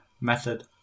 method